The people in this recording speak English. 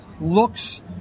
looks